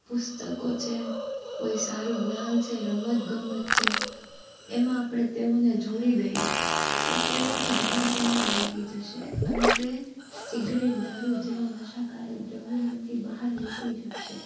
પુસ્તકો છે કોઈ સારું જ્ઞાન છે રમત ગમત છે એમાં આપણે તેઓને જોડી દઈએ તો તેઓનું ધ્યાન તેમાં લાગી જશે અને તે સીગરેટ દારૂ જેવાં નશાકારક દ્રવ્યોમાંથી બહાર નીકળી શકશે